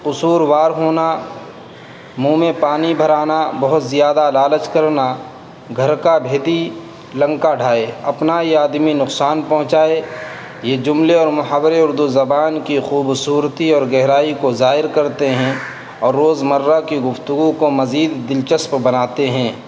قصوروار ہونا منہ میں پانی بھر آنا بہت زیادہ لالچ کرنا گھر کا بھیدی لنکا ڈھائے اپنا ہی آدمی نقصان پہنچائے یہ جملے اور محاورے اردو زبان کی خوبصورتی اور گہرائی کو ظاہر کرتے ہیں اور روزمرہ کی گفتگو کو مزید دلچسپ بناتے ہیں